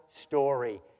story